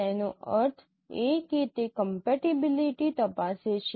તેનો અર્થ એ કે તે કમ્પેબીલીટી તપાસે છે